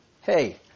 hey